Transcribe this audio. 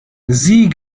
sieh